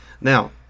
now